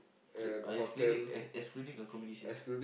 trip excluding ex~ excluding accommodations